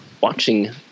watching